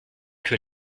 que